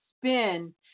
spin